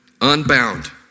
unbound